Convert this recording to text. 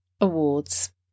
Awards